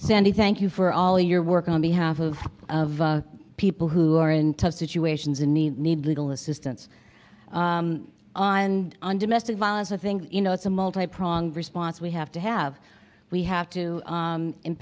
sandy thank you for all your work on behalf of people who are in tough situations in need need legal assistance on and on domestic violence i think you know it's a multi pronged response we have to have we have to